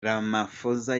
ramaphosa